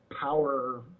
power